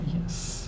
Yes